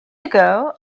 ago